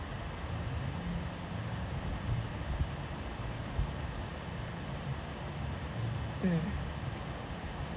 mm